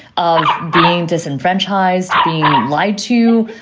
of being disenfranchised. being lied to.